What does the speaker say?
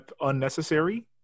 unnecessary